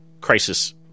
crisis